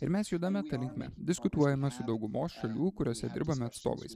ir mes judame ta linkme diskutuojame su daugumos šalių kuriose dirbame atstovais